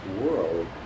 world